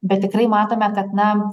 bet tikrai matome kad na